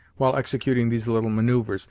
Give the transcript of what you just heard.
while executing these little manoeuvres,